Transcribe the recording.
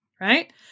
Right